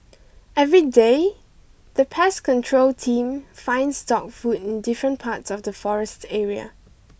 everyday the pest control team finds dog food in different parts of the forest area